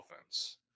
offense